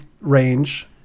range